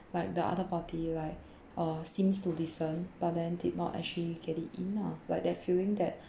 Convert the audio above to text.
like the other party like uh seems to listen but then did not actually get it in lah like that feeling that